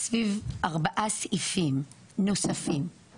סביב ארבעה סעיפים נוספים,